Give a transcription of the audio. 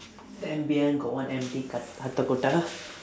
then behind got one empty